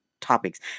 topics